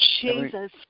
Jesus